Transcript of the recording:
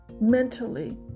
mentally